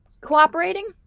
cooperating